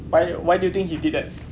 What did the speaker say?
why why do you think he did that